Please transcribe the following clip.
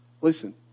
Listen